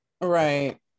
right